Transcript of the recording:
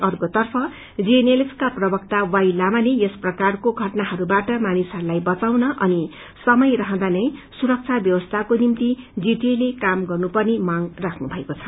अर्कोतर्फ जीएनएलएफ को प्रवक्ता वाई लामाले यस प्रकारको घटनाहरूबाट मानिसहरूलाई बचाउन अनि समय रहँदा सुरक्षाको ब्यवस्थाकको निम्ति जीटीए ले काम गर्न पर्ने मांग राख्नु भएको छ